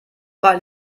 weil